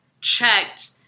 checked